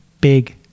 big